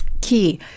Key